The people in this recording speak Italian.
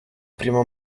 prima